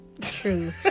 True